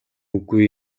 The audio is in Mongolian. үгүй